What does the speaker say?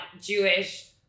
Jewish